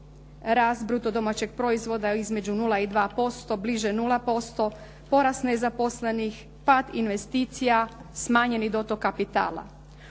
rast bruto domaćeg proizvoda između nula i 2%, bliže 0%. Porast nezaposlenih, pad investicija, smanjeni dotok kapitala.